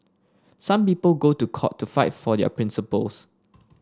some people go to court to fight for their principles